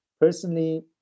Personally